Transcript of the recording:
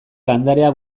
landarea